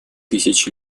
тысяч